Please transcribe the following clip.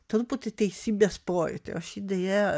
truputį teisybės pojūtį aš jį deja